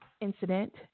incident